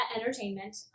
entertainment